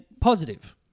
positive